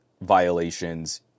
violations